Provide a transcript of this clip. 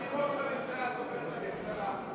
אם ראש הממשלה סופר את הממשלה,